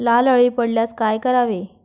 लाल अळी पडल्यास काय करावे?